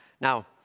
Now